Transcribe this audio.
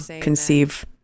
conceive